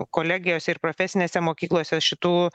kolegijose ir profesinėse mokyklose šitų